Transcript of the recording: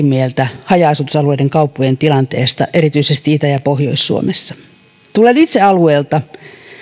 mieltä haja asutusalueiden kauppojen tilanteesta erityisesti itä ja pohjois suomessa tulen itse alueelta